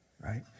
right